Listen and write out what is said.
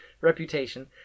reputation